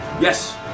Yes